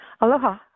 aloha